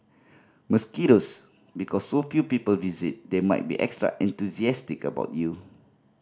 mosquitoes Because so few people visit they might be extra enthusiastic about you